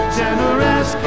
generous